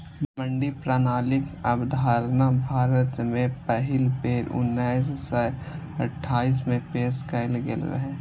मंडी प्रणालीक अवधारणा भारत मे पहिल बेर उन्नैस सय अट्ठाइस मे पेश कैल गेल रहै